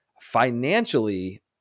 Financially